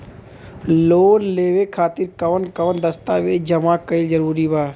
Loan लेवे खातिर कवन कवन दस्तावेज जमा कइल जरूरी बा?